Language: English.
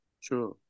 Sure